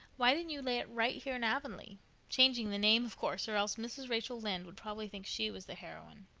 why didn't you lay it right here in avonlea changing the name, of course, or else mrs. rachel lynde would probably think she was the heroine.